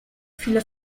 viele